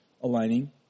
aligning